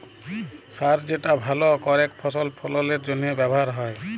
সার যেটা ভাল করেক ফসল ফললের জনহে ব্যবহার হ্যয়